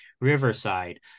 Riverside